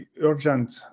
urgent